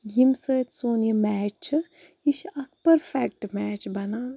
ییٚمہِ سۭتۍ سوٗن یہِ میچ چھُ یہِ چھُ اَکھ پٔرفیٚکٹہٕ میچ بَنان